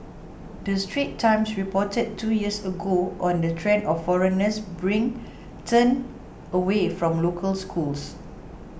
the Straits Times reported two years ago on the trend of foreigners bring turned away from local schools